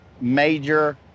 major